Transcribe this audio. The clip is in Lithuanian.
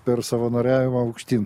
per savanoriavimą aukštyn